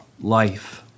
life